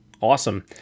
awesome